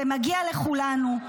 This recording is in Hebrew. זה מגיע לכולנו,